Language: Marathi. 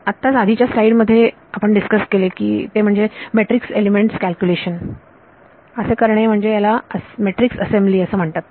आत्ताच आधीच्या स्लाइड मध्ये आपण डिस्कस केले ते म्हणजे मेट्रीक्स एलिमेंट्स कॅल्क्युलेशन करणे याला मेट्रीक्स असेंबली असे म्हणतात